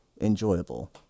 enjoyable